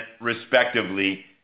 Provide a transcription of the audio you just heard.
respectively